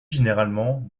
généralement